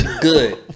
Good